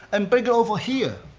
and bring it over here.